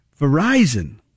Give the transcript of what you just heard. Verizon